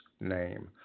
name